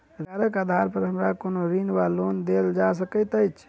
रोजगारक आधार पर हमरा कोनो ऋण वा लोन देल जा सकैत अछि?